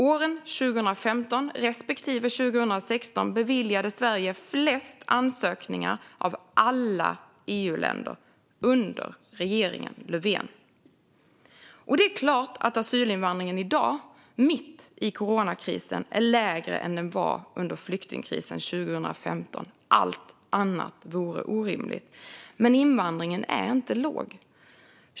Åren 2015 respektive 2016 beviljade Sverige flest ansökningar av alla EU-länder - under regeringen Löfven. Det är klart att asylinvandringen i dag, mitt i coronakrisen, är lägre än under flyktingkrisen 2015. Allt annat vore orimligt. Men invandringen är inte låg.